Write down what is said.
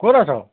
ক'ত আছ'